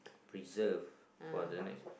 preserved for the next